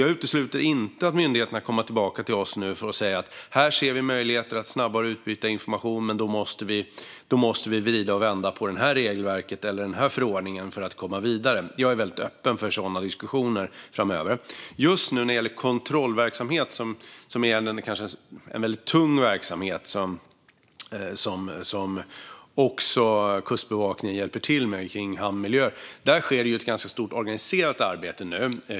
Jag utesluter inte att myndigheterna kommer tillbaka till oss och säger att de ser möjligheter på vissa områden att snabbare utbyta information, men först måste man i så fall vrida och vända på ett visst regelverk eller en viss förordning för att komma vidare. Jag är öppen för sådana diskussioner framöver. Kontrollverksamhet är en väldigt tung verksamhet, och Kustbevakningen hjälper till med den i hamnmiljö. Där sker nu ett stort organiserat arbete.